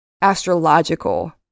astrological